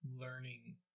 learning